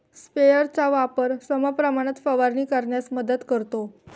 स्प्रेयरचा वापर समप्रमाणात फवारणी करण्यास मदत करतो